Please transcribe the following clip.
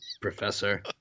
Professor